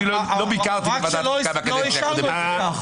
לא ביקרתי את ועדת החוקה בקדנציה הקודמת.